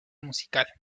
musical